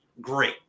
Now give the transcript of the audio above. great